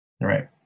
Right